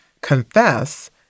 confess